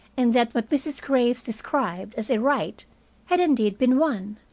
and that what mrs. graves described as a rite had indeed been one.